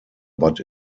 but